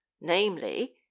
namely